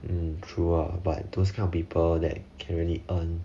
hmm true ah but those kind of people that can really earn